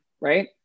right